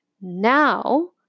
now